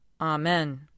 Amen